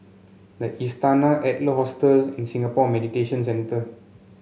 the Istana Adler Hostel and Singapore Mediation Centre